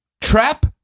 Trap